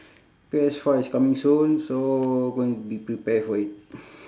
P_S four is coming soon so going to be prepare for it